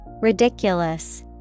Ridiculous